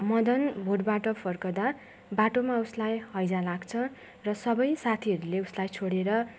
मदन भोटबाट फर्कँदा बाटोमा उसलाई हैजा लाग्छ र सबै साथीहरूले उसलाई छोडेर